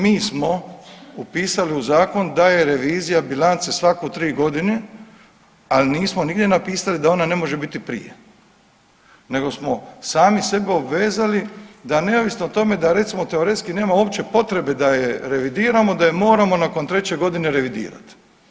Mi smo upisali u zakon da je revizija bilance svako 3 godine, ali nismo nigdje napisali da ona ne može biti prije, nego smo sami sebe obvezali da neovisno o tome da recimo teoretski nema uopće potrebe da je revidiramo da je moramo nakon 3 godine revidirati.